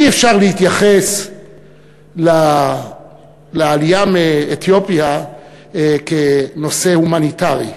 אי-אפשר להתייחס לעלייה מאתיופיה כנושא הומניטרי.